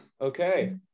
Okay